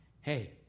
Hey